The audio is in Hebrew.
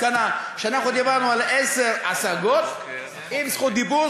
שאנחנו דיברנו על עשר השגות עם רשות דיבור